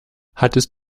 hattest